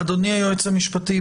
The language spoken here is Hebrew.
אדוני היועץ המשפטי,